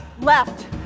left